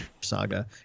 saga